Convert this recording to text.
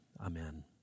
Amen